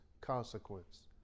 consequence